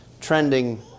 trending